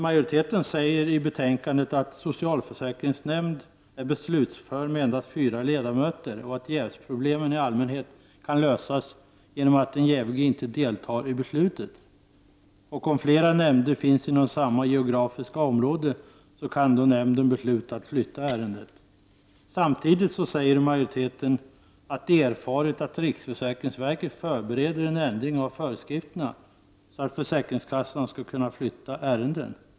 Majoriteten säger i betänkandet att socialförsäkringsnämnd är beslutsför med endast fyra ledamöter och att jävsproblem i allmänhet kan lösas genom att den jävige inte deltar i beslutet. Om flera nämnder finns inom samma geografiska område, kan nämnden besluta att flytta ärendet. Samtidigt säger majoriteten att man har erfarit att riksförsäkringsverket förbereder en ändring av föreskrifterna, så att försäkringskassan skall kunna flytta ärenden.